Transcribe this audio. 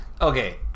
Okay